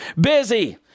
busy